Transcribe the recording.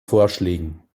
vorschlägen